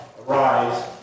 arise